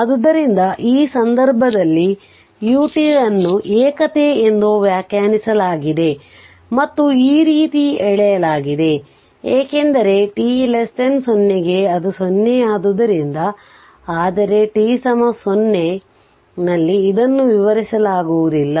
ಆದ್ದರಿಂದ ಈ ಸಂದರ್ಭದಲ್ಲಿ ut ಅನ್ನು ಏಕತೆ ಎಂದು ವ್ಯಾಖ್ಯಾನಿಸಲಾಗಿದೆ ಮತ್ತು ಈ ರೀತಿ ಎಳೆಯಲಾಗಿದೆ ಏಕೆಂದರೆ t0 ಗೆ ಅದು 0 ಆದ್ದರಿಂದ ಆದರೆ t 0 ನಲ್ಲಿ ಇದನ್ನು ವಿವರಿಸಲಾಗುವುದಿಲ್ಲ